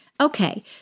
Okay